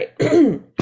right